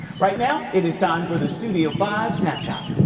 right now, it is time for the studio five snapshot.